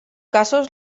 casos